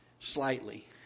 slightly